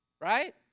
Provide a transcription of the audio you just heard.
Right